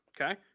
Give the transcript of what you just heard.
okay